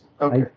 Okay